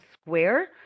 square